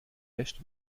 wäscht